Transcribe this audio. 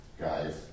guys